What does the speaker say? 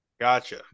Gotcha